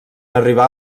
arribar